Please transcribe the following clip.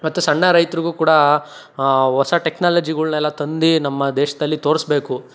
ಮತ್ತು ಸಣ್ಣ ರೈತ್ರಿಗೂ ಕೂಡ ಹೊಸ ಟೆಕ್ನಾಲಜಿಗಳ್ನೆಲ್ಲ ತಂದು ನಮ್ಮ ದೇಶದಲ್ಲಿ ತೋರಿಸ್ಬೇಕು